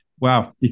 wow